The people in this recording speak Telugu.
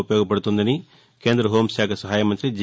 ఉపయోగపడుతోందని కేంద్ర హోంశాఖ సహాయ మంత్రి జి